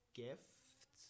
gift